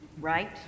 right